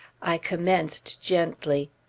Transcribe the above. i commenced gently.